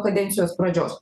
kadencijos pradžios